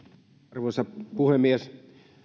arvoisa puhemies